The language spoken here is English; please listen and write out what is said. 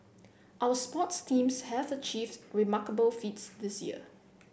our sports teams have achieved remarkable feats this year